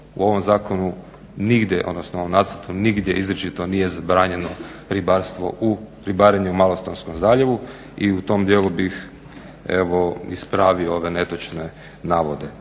u ovom zakonu nigdje odnosno u nacrtu nigdje izričito nije zabranjeno ribarstvo u, ribarenje u Malostonskom zaljevu i u tom djelu bih evo ispravio ove netočne navode.